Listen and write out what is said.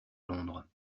londres